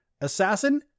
assassin